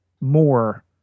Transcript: more